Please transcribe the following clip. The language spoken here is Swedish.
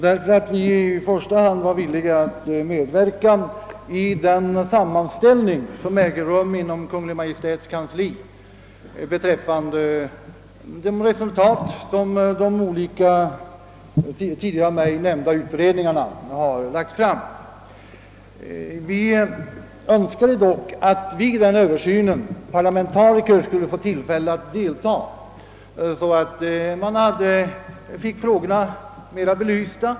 Därför är vi villiga att i första hand deltaga i den sammanställning som äger rum inom Kungl. Maj:ts kansli beträffande de resultat, som de olika tidigare av mig nämnda utredningarna har redovisat. Vi önskar dock att vid den översynen parlamentariker skall få tillfälle att deltaga, så att frågorna blir mera allsidigt belysta.